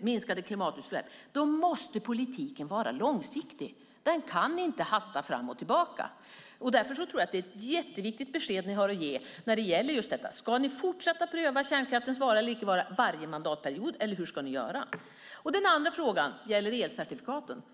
minskade klimatutsläpp måste politiken vara långsiktig. Den kan inte hatta fram och tillbaka. Därför tror jag att det är ett jätteviktigt besked ni har att ge när det gäller just detta: Ska ni fortsätta att pröva kärnkraftens vara eller icke vara varje mandatperiod, eller hur ska ni göra? Den andra frågan gäller elcertifikaten.